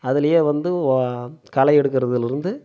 அதிலையே வந்து வ களை எடுக்கிறதுலருந்து